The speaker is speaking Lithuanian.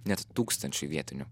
net tūkstančiui vietinių